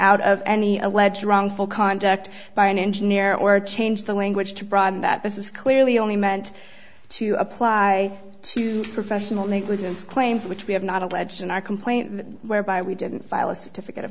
out of any alleged wrongful conduct by an engineer or change the language to broaden that this is clearly only meant to apply to professional negligence claims which we have not alleged in our complaint whereby we didn't file a certificate